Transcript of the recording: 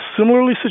Similarly